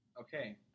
okay